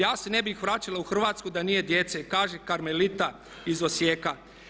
Ja se ne bih vraćala u Hrvatsku da nije djece." kaže Karmelita iz Osijeka.